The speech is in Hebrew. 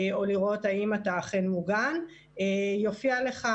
או לראות האם אתה אכן מוגן, תופיע לך